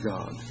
God